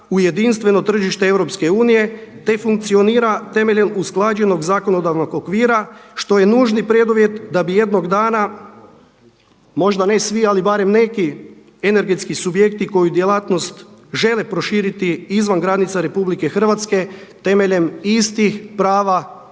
u jedinstveno tržište EU, te funkcionira temeljem usklađenog zakonodavnog okvira što je nužni preduvjet da bi jednog dana, možda ne svi ali barem neki energetski subjekti koji djelatnost žele proširiti izvan granica RH temeljem istih prava